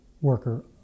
worker